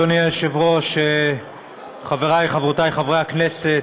אדוני היושב-ראש, חברי וחברותי חברי הכנסת,